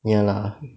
ya lah